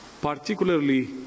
particularly